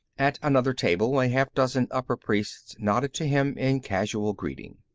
at another table, a half-dozen upper priests nodded to him in casual greeting.